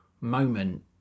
moment